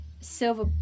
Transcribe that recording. silver